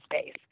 space